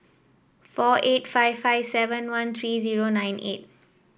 four eight five five seven one three zero nine eight